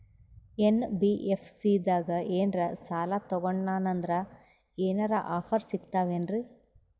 NBFC ದಾಗ ಏನ್ರ ಸಾಲ ತೊಗೊಂಡ್ನಂದರ ಏನರ ಆಫರ್ ಸಿಗ್ತಾವೇನ್ರಿ?